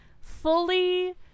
fully